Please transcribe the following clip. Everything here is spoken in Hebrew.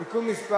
תיקון מס'